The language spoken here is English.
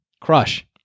Crush